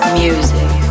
music